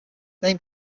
name